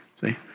See